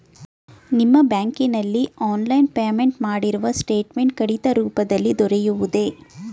ನಿಮ್ಮ ಬ್ಯಾಂಕಿನಲ್ಲಿ online payment ಮಾಡಿರುವ ಸ್ಟೇಟ್ಮೆಂಟ್ ಕಡತ ರೂಪದಲ್ಲಿ ದೊರೆಯುವುದೇ?